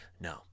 No